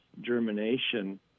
germination